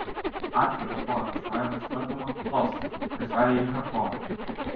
atviros buvo savaime suprantama tos kurios vedė į charkovą